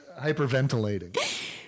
hyperventilating